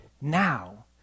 now